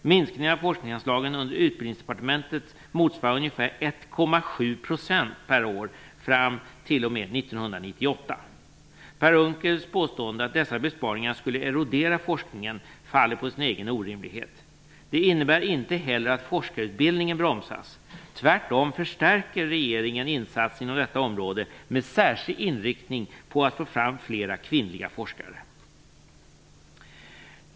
Minskningen av forskningsanslagen under Utbildningsdepartementet motsvarar ungefär 1,7 % per år fram t.o.m. 1998. Per Unckels påstående, att dessa besparingar skulle erodera forskningen, faller på sin egen orimlighet. De innebär inte heller att forskarutbildningen bromsas. Tvärtom förstärker regeringen insatser inom detta område med särskild inriktning på att få fram flera kvinnliga forskare.